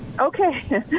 okay